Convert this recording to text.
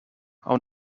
over